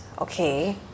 okay